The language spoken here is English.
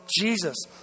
Jesus